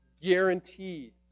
guaranteed